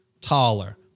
taller